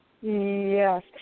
Yes